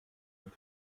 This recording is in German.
und